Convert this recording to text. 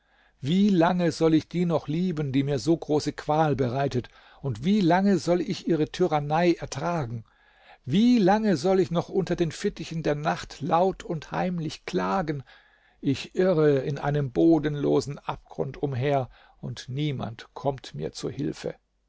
wie lange soll ich die noch lieben die mir so große qual bereitet und wie lange soll ich ihre tyrannei ertragen wie lange soll ich noch unter den fittichen der nacht laut und heimlich klagen ich irre in einem bodenlosen abgrund umher und niemand kommt mir zu hilfe